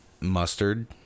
mustard